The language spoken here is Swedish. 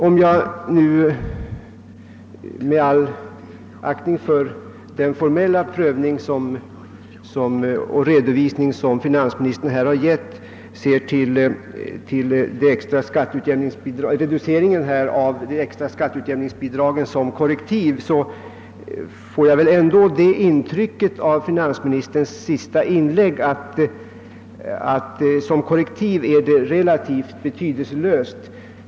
Om jag — med all aktning för den formella prövning som finansministern här redogjort för — ser på reduceringen av de extra skattetujämningsbidragen som korrektiv, får jag ändå det intrycket av finansministerns senaste inlägg att de därvidlag är relativt betydelselösa.